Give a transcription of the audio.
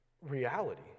reality